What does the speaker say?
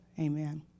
amen